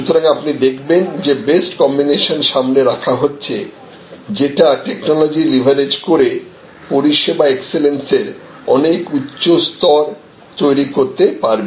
সুতরাং আপনি দেখবেন যে বেস্ট কম্বিনেশন সামনে রাখা হচ্ছে যেটা টেকনোলজি লেভেরেজ করে পরিষেবা এক্সেলেন্সের অনেক উচ্চ স্তর তৈরি করতে পারবে